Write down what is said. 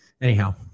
anyhow